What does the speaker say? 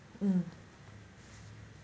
mm